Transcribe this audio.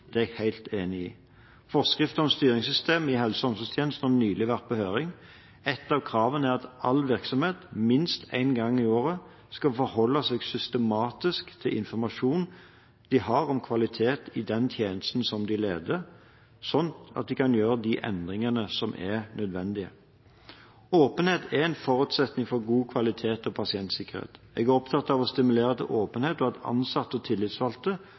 Det er jeg helt enig i. Forskrift om styringssystem i helse- og omsorgstjenesten har nylig vært på høring. Ett av kravene er at alle virksomheter minst én gang i året skal forholde seg systematisk til informasjonen de har om kvalitet i den tjenesten som de leder – slik at de kan gjøre de endringene som er nødvendig. Åpenhet er en forutsetning for god kvalitet og pasientsikkerhet. Jeg er opptatt av å stimulere til åpenhet og at ansatte og tillitsvalgte